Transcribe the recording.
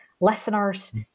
listeners